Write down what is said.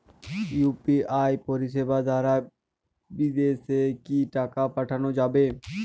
UPI পরিষেবা দারা বিদেশে কি টাকা পাঠানো যাবে?